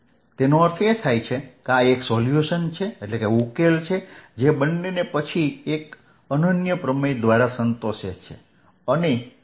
તેનો અર્થ એ છે કે આ એક સોલ્યુશન છે જે બંનેને પછી આ અનન્ય પ્રમેય દ્વારા સંતોષે છે અને આ તે છે